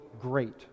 great